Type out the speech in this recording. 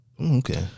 Okay